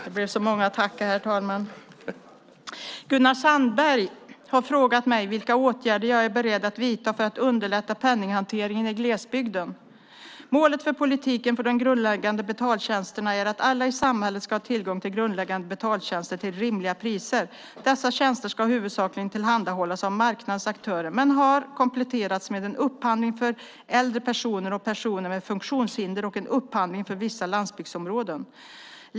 Herr talman! Gunnar Sandberg har frågat mig vilka åtgärder jag är beredd att vidta för att underlätta penninghanteringen i glesbygden. Målet för politiken för de grundläggande betaltjänsterna är att alla i samhället ska ha tillgång till grundläggande betaltjänster till rimliga priser. Dessa tjänster ska huvudsakligen tillhandahållas av marknadens aktörer men har kompletterats med en upphandling för äldre personer och personer med funktionshinder och en upphandling för vissa landsbygdsområden.